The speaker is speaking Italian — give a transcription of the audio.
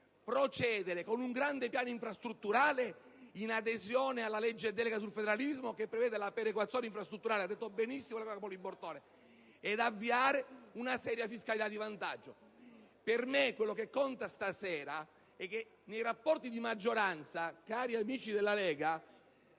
procedere con un grande piano infrastrutturale in adesione alla legge delega sul federalismo, che prevede la perequazione infrastrutturale (come ha detto benissimo la senatrice Poli Bortone) e deve avviare una seria fiscalità di vantaggio. Per me ciò che rileva questa sera è che nei rapporti di maggioranza, cari amici della Lega